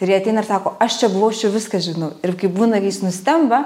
ir jie ateina ir sako aš čia buvau aš čia viską žinau ir kai būna kai jis nustemba